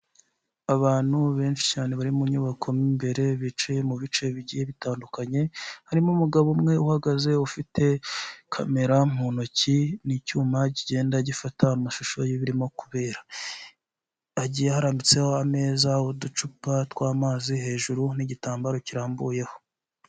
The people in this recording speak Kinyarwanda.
Abantu benshi cyane bari mu nyubako mo imbere bicaye mu bice bigiye bitandukanye, harimo umugabo umwe uhagaze ufite kamera mu ntoki n'icyuma kigenda gifata amashusho y'ibirimo kubera, hagiye harambitseho ameza, uducupa tw'amazi hejuru n'igitambaro kirambuyeho.